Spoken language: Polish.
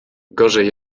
gorzej